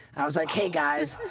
i was like hey guys.